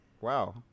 Wow